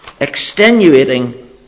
extenuating